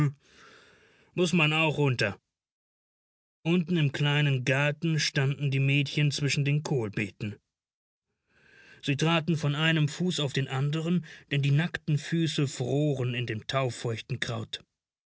muß man auch runter unten im kleinen gatten standen die mädchen zwischen den kohlbeeten sie traten von einem fuß auf den anderen denn die nackten füße froren in dem taufeuchten kraut